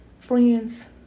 Friends